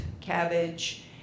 cabbage